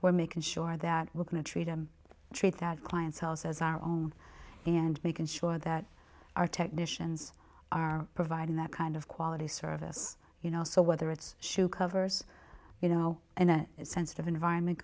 we're making sure that we're going to treat treat our clients selves as our own and making sure that our technicians are providing that kind of quality service you know so whether it's shoe covers you know in a sensitive environment